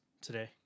today